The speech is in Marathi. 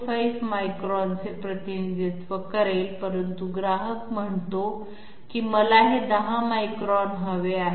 25 मायक्रॉनचे प्रतिनिधित्व करेल परंतु ग्राहक म्हणतो की मला हे 10 मायक्रॉन हवे आहे